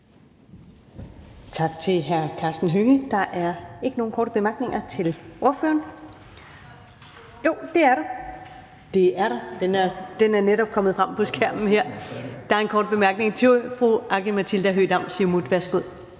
Tak til hr. Karsten Hønge. Der er ikke nogen korte bemærkninger til ordføreren. Jo, det er der. Den er netop kommet frem på skærmen her. Der er en kort bemærkning til fru Aki-Matilda Høegh-Dam, Siumut. Værsgo.